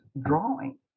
drawing